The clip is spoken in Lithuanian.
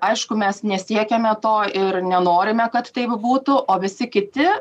aišku mes nesiekiame to ir nenorime kad taip būtų o visi kiti